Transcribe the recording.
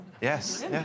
Yes